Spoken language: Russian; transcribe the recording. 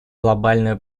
глобальную